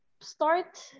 start